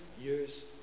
years